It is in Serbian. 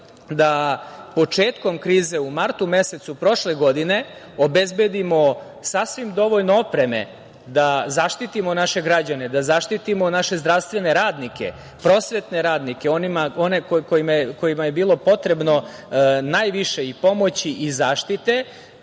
da početkom krize u martu mesecu prošle godine obezbedimo sasvim dovoljno opreme da zaštitimo naše građane, da zaštitimo naše zdravstvene radnike, prosvetne radnike, one kojima je bilo potrebno najviše i pomoći i zaštite,